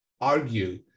argue